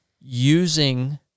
using